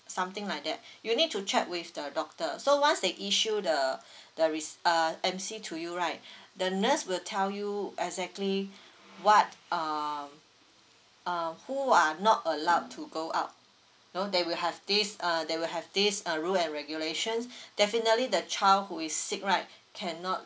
something like that you need to check with the doctor so once they issue the the rec~ uh M_C to you right the nurse will tell you exactly what uh uh who are not allowed to go out you know they will have this uh they will have this uh rules and regulations definitely the child who is sick right cannot